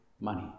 money